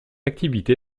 activité